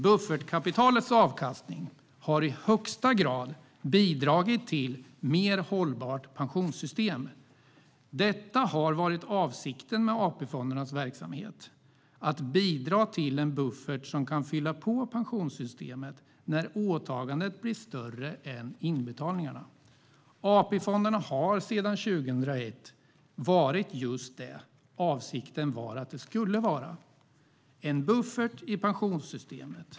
Buffertkapitalets avkastning har i högsta grad bidragit till ett mer hållbart pensionssystem. Avsikten med AP-fondernas verksamhet har varit att bidra till en buffert som kan fylla på pensionssystemet när åtagandet blir större än inbetalningarna. AP-fonderna har sedan 2001 varit just det som avsikten var att de skulle vara, en buffert i pensionssystemet.